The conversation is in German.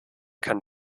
kann